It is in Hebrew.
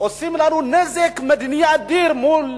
עושים לנו נזק מדיני אדיר מול